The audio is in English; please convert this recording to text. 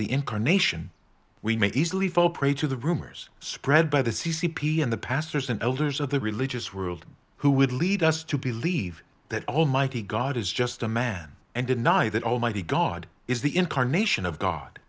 the incarnation we may easily fall prey to the rumors spread by the c c p and the pastors and elders of the religious world who would lead us to believe that almighty god is just a man and deny that almighty god is the incarnation of god